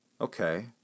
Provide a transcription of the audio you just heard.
Okay